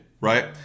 right